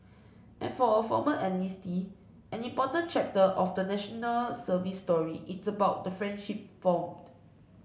and for a former enlistee an important chapter of the National Service story is about the friendship formed